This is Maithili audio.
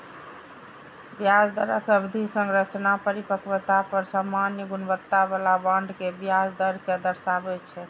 ब्याज दरक अवधि संरचना परिपक्वता पर सामान्य गुणवत्ता बला बांड के ब्याज दर कें दर्शाबै छै